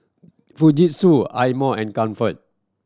Fujitsu Eye Mo and Comfort